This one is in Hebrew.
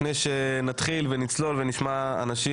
לפני שנתחיל ונצלול ונשמע אנשים,